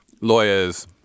lawyers